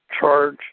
charge